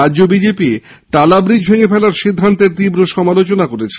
রাজ্য বিজেপি টালাব্রীজ ভেঙে ফেলার সিদ্ধান্তের তীব্র সমালোচনা করেছেন